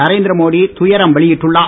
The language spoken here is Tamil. நரேந்திரமோடி துயரம் வெளியிட்டுள்ளார்